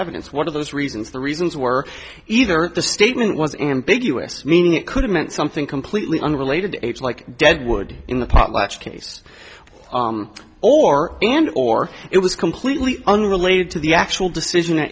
evidence one of those reasons the reasons were either the statement was ambiguous meaning it could have meant something completely unrelated like deadwood in the potlatch case or and or it was completely unrelated to the actual decision